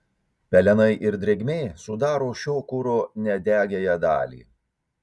pelenai ir drėgmė sudaro šio kuro nedegiąją dalį